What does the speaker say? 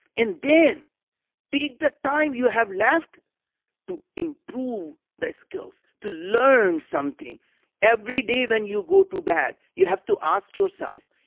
and then take the time you have left to improve their skills. to learn something every day when you go to bed, you have to ask yourself,